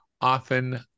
often